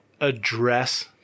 address